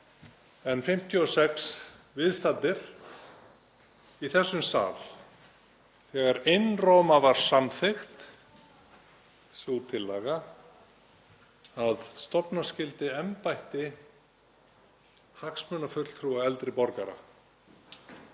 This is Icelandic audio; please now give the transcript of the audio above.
en 56 viðstaddir í þessum sal þegar einróma var samþykkt sú tillaga að stofna skyldi embætti hagsmunafulltrúa eldri borgara.